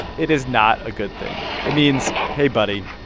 it is not a good thing. it means, hey, buddy,